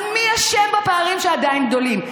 אז מי אשם בפערים שעדיין גדולים,